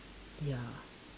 ya